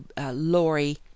Lori